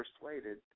persuaded